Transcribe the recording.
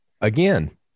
again